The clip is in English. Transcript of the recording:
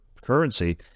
currency